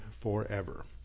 forever